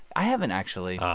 i haven't, actually,